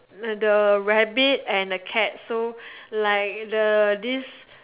the rabbit and a cat so like the this